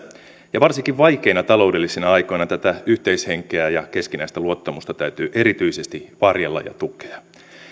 ja varsinkin vaikeina taloudellisina aikoina tätä yhteishenkeä ja keskinäistä luottamusta täytyy erityisesti varjella ja tukea